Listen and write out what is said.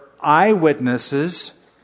eyewitnesses